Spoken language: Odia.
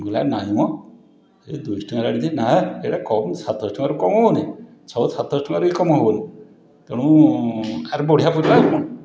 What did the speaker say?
ମୁଁ କହିଲି ଆ ନାହିଁ ମ ଏ ଦୁଇଶହ ଟଙ୍କାରେ ଆଣିଲି ନାଁ ଏଇଟା କମ ସାତଶହ ଟଙ୍କାରୁ କମ ହେବନି ଛଅ ସାତଶହ ଟଙ୍କାରେ ବି କମ ହେବନି ତେଣୁବଢ଼ିଆ ପଡିଲା ଆଉ କ'ଣ